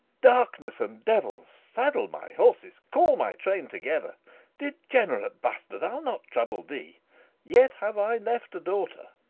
darkness and devils saddle my horses call my train together degenerate bastard! i'll not trouble thee yet have i left a daughter.